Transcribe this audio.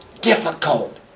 difficult